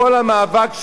כל המאבק שלהם,